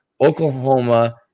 Oklahoma